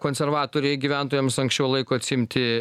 konservatoriai gyventojams anksčiau laiko atsiimti